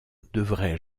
devrais